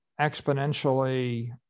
exponentially